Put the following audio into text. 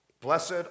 Blessed